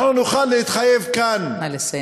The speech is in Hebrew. אנחנו נוכל להתחייב כאן, נא לסיים.